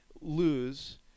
lose